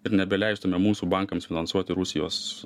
ir nebeleistume mūsų bankams finansuoti rusijos